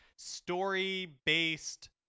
story-based